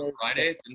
Friday